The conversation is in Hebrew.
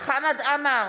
חמד עמאר,